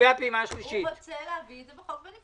הוא רוצה להביא את זה בחוק בנפרד.